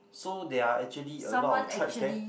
so there are actually a lot of tribes there